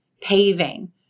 paving